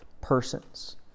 persons